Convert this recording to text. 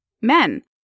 men